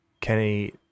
Kenny